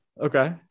Okay